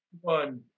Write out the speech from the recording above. one